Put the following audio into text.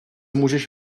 můžeš